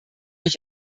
ich